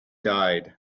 died